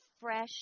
fresh